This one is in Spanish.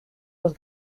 los